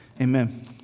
Amen